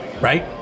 right